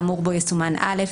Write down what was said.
האמור בו יסומן (א),